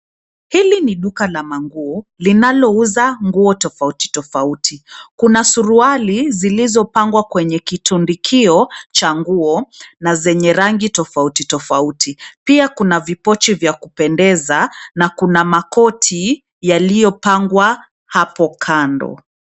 Hili ni duka la manguo linalouza nguo tofauti tofauti. Kuna suruali zilizopangwa kwenye kitundukio cha nguo, na zenye rangi tofauti tofauti , pia kuna vipochi vya kupendeza na kuna makoti yaliyopangwa hapo kando.